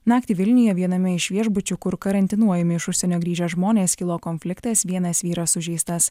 naktį vilniuje viename iš viešbučių kur karantinuojami iš užsienio grįžę žmonės kilo konfliktas vienas vyras sužeistas